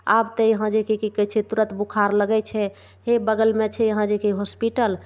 आब तऽ यहाँ जे कि कि कहय छै तुरत बोखार लगय छै हे बगलमे छै यहाँ जे कि हॉस्पिटल